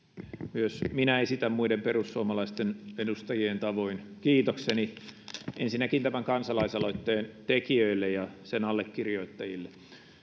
myös minä esitän muiden perussuomalaisten edustajien tavoin kiitokseni tämän kansalaisaloitteen tekijöille ja sen allekirjoittajille